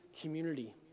community